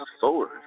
forward